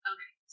Okay